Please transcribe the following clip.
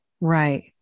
right